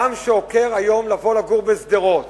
אדם שעוקר היום ובא לגור בשדרות